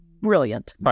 brilliant